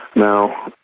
now,